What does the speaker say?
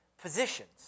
positions